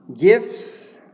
gifts